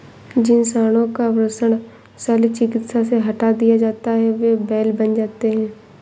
जिन साँडों का वृषण शल्य चिकित्सा से हटा दिया जाता है वे बैल बन जाते हैं